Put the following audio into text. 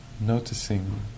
noticing